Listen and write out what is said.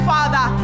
Father